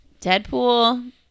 Deadpool